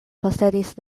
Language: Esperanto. posedis